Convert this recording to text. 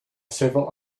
several